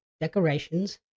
decorations